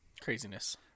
Craziness